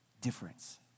difference